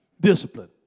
Discipline